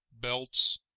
belts